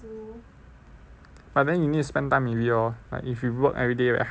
but then you need to spend time with it lor like if you work everyday very hard to